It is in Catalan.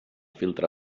filtre